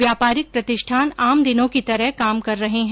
व्यापारिक प्रतिष्ठान आम दिनों की तरह काम कर रहे हैं